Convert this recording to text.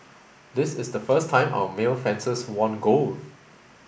this is the first time our male fencers won gold